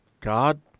God